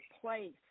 place